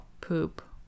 poop